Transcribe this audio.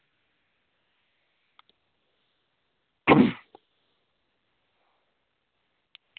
अ